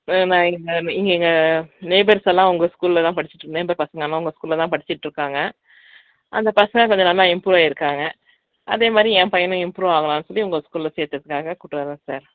நான் இங்கே நி இங்கே எங்கள் நெய்பர்ஸ் எல்லாம் உங்கள் ஸ்கூலில் தான் படிச்சிட்டுருந்தேன் இப்போ பசங்கள்லாம் உங்கள் ஸ்கூலில் தான் படிச்சிட்டுருக்காங்க அந்த பசங்க கொஞ்சம் நல்லா இம்ப்ரூ ஆயிருக்காங்க அதேமாதிரி என் பையனும் இம்ப்ரூ ஆவான்னு சொல்லி உங்கள் ஸ்கூலில் சேர்த்துரதுக்காக கூபிட்டு வரோம் சார்